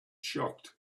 shocked